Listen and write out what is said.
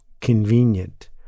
convenient